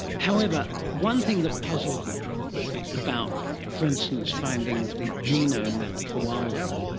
however, one thing that puzzled me about, for instance, finding the genome of the koala,